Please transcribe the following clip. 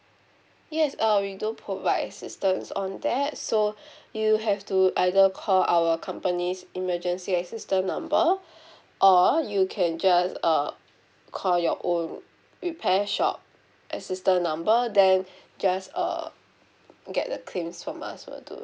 yes uh we do provide assistance on that so you have to either call our company's emergency assistant number or you can just uh call your own repair shop assistant number then just err get the claims from us will do